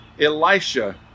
Elisha